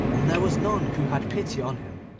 and there was none who had pity on him.